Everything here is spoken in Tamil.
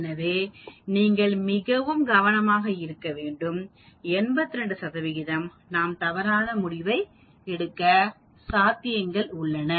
எனவே நீங்கள் மிகவும் கவனமாக இருக்க வேண்டும் 82 சதவீதம் நாம் தவறான முடிவை எடுக்க சாத்தியங்கள் உள்ளது